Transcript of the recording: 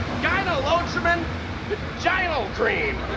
gyne-lotrimin vagynal cream.